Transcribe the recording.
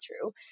true